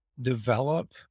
develop